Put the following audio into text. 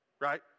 right